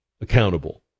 accountable